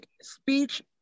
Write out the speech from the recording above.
speech